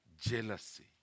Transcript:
Jealousy